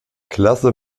klasse